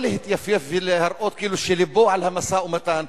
לא להתייפייף ולהראות כאילו לבו על המשא-ומתן,